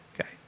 Okay